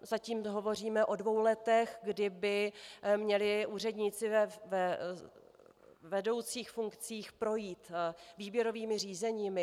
Zatím hovoříme o dvou letech, kdy by měli úřednici ve vedoucích funkcích projít výběrovými řízeními.